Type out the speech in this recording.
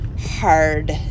hard